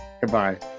goodbye